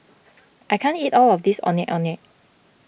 I can't eat all of this Ondeh Ondeh